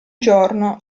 giorno